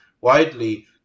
widely